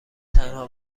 تنها